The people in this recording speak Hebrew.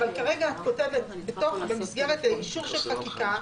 אבל כרגע את כותבת במסגרת אישור של חקיקה,